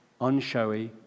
unshowy